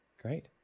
great